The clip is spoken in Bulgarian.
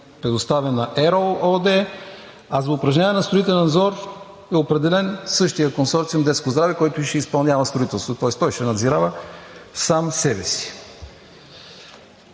предоставен на „Ерол“ ЕООД, а за упражнение на строителен надзор е определен същият консорциум „Детско здраве“, който и ще изпълнява строителството, тоест той ще надзирава сам себе си.